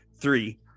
three